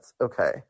Okay